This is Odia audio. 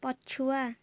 ପଛୁଆ